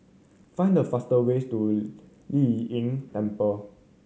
find the fastest way to Lei Yin Temple